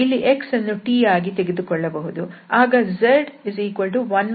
ಇಲ್ಲಿ x ಅನ್ನು t ಆಗಿ ತೆಗೆದುಕೊಳ್ಳಬಹುದು ಆಗ z 1 t ಆಗುತ್ತದೆ